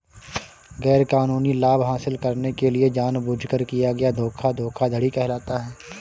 गैरकानूनी लाभ हासिल करने के लिए जानबूझकर किया गया धोखा धोखाधड़ी कहलाता है